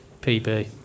PB